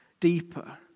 deeper